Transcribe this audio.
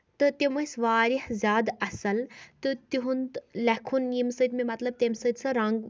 تہٕ تِم ٲسۍ واریاہ زیادٕ اَصٕل تہٕ تِہُند لٮ۪کُھن ییٚمہِ سۭتۍ مےٚ مطلب تَمہِ سۭتۍ سۄ رنگ